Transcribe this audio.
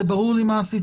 זה ברור לי מה עשיתם,